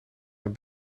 naar